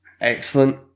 Excellent